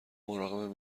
مراقب